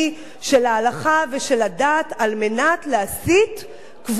הדת על מנת להסית נגד קבוצות בחברה הישראלית,